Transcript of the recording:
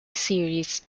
series